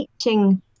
teaching